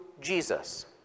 Jesus